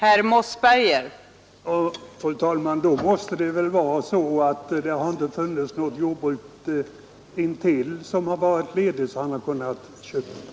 Fru talman! Då måste det väl ha varit så att det inte funnits något jordbruk intill som var till salu, så att vederbörande kunnat köpa det.